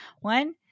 One